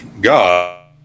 God